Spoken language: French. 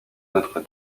notre